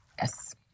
yes